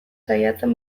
saiatzen